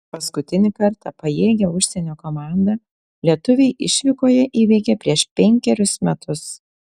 paskutinį kartą pajėgią užsienio komandą lietuviai išvykoje įveikė prieš penkerius metus